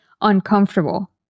Uncomfortable